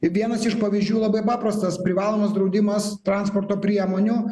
vienas iš pavyzdžių labai paprastas privalomas draudimas transporto priemonių